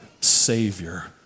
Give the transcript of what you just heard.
Savior